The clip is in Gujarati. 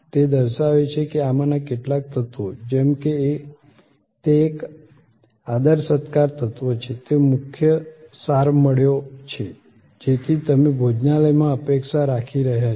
તે દર્શાવે છે કે આમાંના કેટલાક તત્વો જેમ કે તે એક આદરસત્કાર તત્વ છે તે મુખ્ય સારમળ્યો છે જેની તમે ભોજનાલયમાં અપેક્ષા રાખી રહ્યા છો